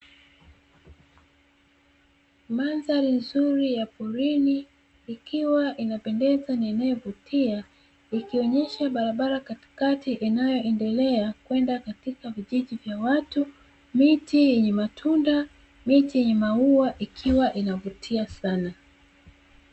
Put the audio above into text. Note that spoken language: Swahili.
Mandhari nzuri ya porini ikiwa inapendeza na inayovutia ikionyesha barabara katikati inayoendelea kwenda katika vijiji vya watu miti yenye matunda, miti yenye maua ikiwa inavutia sana.